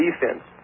defense